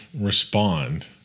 respond